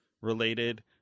related